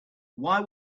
why